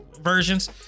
versions